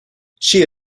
she